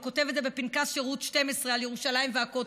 הוא כותב את זה בפנקס שירות 12 על ירושלים והכותל,